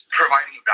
providing